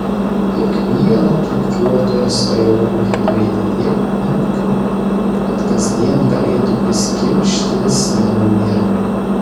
kiekvieno pypkiuotojo svajonė turėti tiek pypkių kad kasdien galėtų prisikimšti vis naują